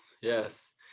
Yes